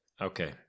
Okay